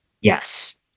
Yes